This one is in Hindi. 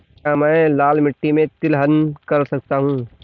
क्या मैं लाल मिट्टी में तिलहन कर सकता हूँ?